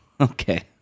okay